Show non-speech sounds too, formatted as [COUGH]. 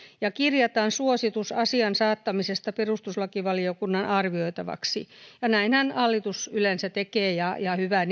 ja kirjataan suositus asian saattamisesta perustuslakivaliokunnan arvioitavaksi näinhän hallitus yleensä tekee ja ja hyvä [UNINTELLIGIBLE]